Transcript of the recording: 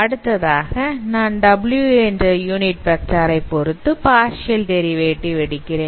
அடுத்ததாக நான் W என்ற யூனிட்வெக்டார் ஐ பொருத்து பட்டியல் பார்சியல் டெரிவேட்டிவ் எடுக்கிறேன்